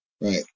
Right